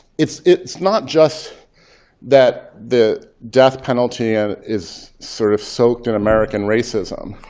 it's it's not just that the death penalty ah is sort of soaked in american racism.